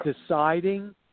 deciding